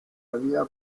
había